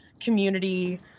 community